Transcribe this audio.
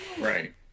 Right